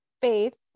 faith